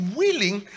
willing